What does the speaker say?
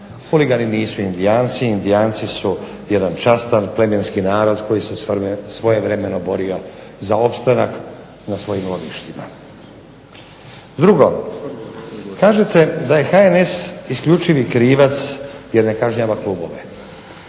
huligane nazivate indijancima, indijanci su jedan častan plemenski narod koji se svojevremeno borio za opstanak na svojim ognjištima. Drugo, kažete da je HNS isključivi krivac jer ne kažnjava klubove.